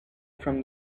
from